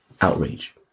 outrage